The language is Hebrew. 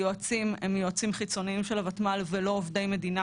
היועצים הם יועצים חיצוניים של הוותמ"ל ולא עובדי מדינה,